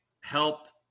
helped